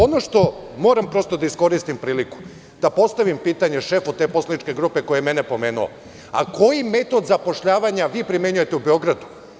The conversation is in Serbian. Ono što moram da kažem i iskoristim ovu priliku, da postavim pitanje šefu te poslaničke grupe koji je mene pomenuo – a koji metod zapošljavanja vi primenjujete u Beogradu?